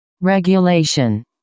Regulation